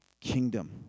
kingdom